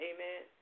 Amen